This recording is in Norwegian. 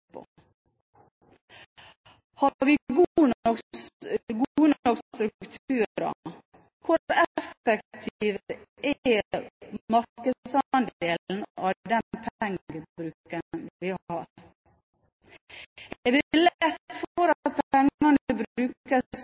på. Har vi gode nok strukturer? Hvor effektiv er markedsandelen av den pengebruken vi har? Er det lett for at pengene brukes